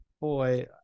boy